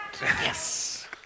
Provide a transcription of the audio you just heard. Yes